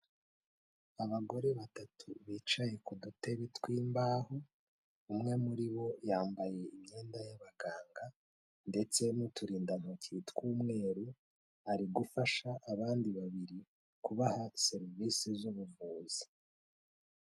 Abagore batatu bicaye ku dutebe tw'imbaho, umwe muri bo yambaye imyenda y'abaganga ndetse n'uturindantoki tw'umweru, ari gufasha abandi babiri kubaha serivisi z'ubuvuzi.